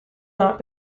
not